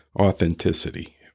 authenticity